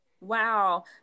wow